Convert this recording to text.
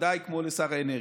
בוודאי כמו לשר האנרגיה.